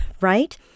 Right